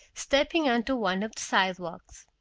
stepping onto one of the sidewalks.